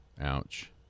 Ouch